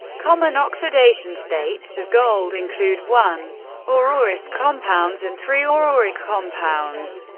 common oxidation states of gold include one or or aurous compounds and three or auric compounds.